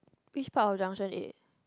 which part of junction eight